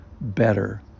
better